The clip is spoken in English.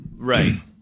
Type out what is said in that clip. Right